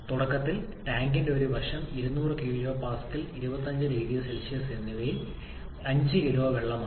തുടക്കത്തിൽ ടാങ്കിന്റെ ഒരു വശം 200 kPa 250C എന്നിവയിൽ 5 കിലോ വെള്ളമാണ്